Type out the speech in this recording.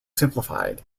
simplified